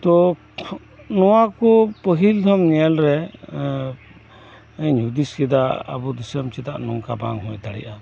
ᱛᱚ ᱱᱚᱣᱟᱠᱩ ᱯᱟᱹᱦᱤᱞ ᱫᱷᱚᱢ ᱧᱮᱞ ᱨᱮ ᱦᱩᱫᱤᱥ ᱠᱮᱫᱟ ᱟᱵᱩ ᱫᱤᱥᱟᱹᱢ ᱪᱮᱫᱟᱜ ᱱᱚᱝᱠᱟ ᱵᱟᱝ ᱦᱩᱭ ᱫᱟᱲᱮᱭᱟᱜᱼᱟ